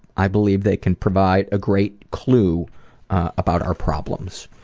i believe they can provide a great clue about our problems.